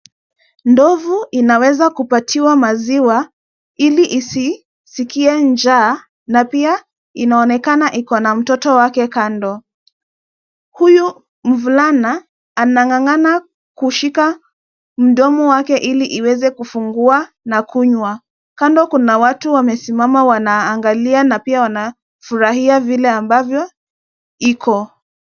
Ndovu inaweza kupatiwa maziwa ili isisikie njaa na pia inaonekana iko na mtoto wake kando. Huyu mvulana anang'ang'ana kushika mdomo wake ili iweze kufungua na kunywa. Kando kuna watu wamesimama wanaangalia na pia wanafurahia vile ambavyo iko.